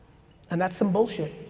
and that's some bullshit.